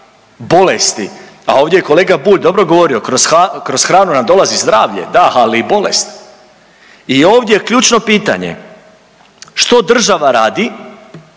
bolesti, a ovdje je kolega Bulj dobro govorio kroz hranu nam dolazi zdravlje, da, ali i bolest. I ovdje je ključno pitanje, što država radi